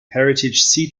heritage